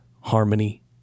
harmony